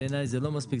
בעיניי זה לא מספיק,